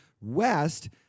West